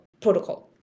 protocol